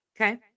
Okay